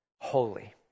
Holy